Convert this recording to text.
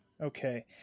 okay